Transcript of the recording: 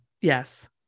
Yes